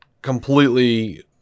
completely